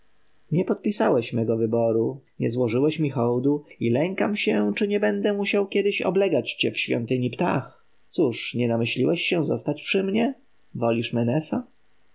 nie podpisałeś mego wyboru nie złożyłeś mi hołdu i lękam się czy nie będę musiał oblegać cię kiedy w świątyni ptah cóż nie namyśliłeś się zostać przy mnie wolisz menesa